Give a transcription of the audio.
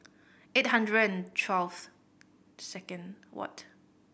eight hundred and twelve second what